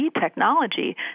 technology